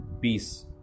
peace